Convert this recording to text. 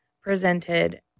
presented